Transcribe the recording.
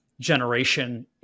generation